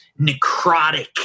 necrotic